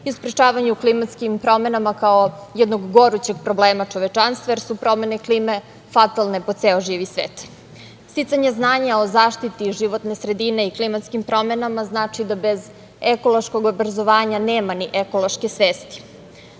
i sprečavanju klimatskih promena kao jednog gorućeg problema čovečanstva, jer su promene klime fatalne po ceo živi svet. Sticanje znanja o zaštiti životne sredine i klimatskim promenama znači da bez ekološkog obrazovanja nema ni ekološke svesti. Ova